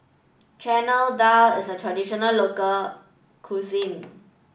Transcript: Chana Dal is a traditional local cuisine